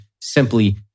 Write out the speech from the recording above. simply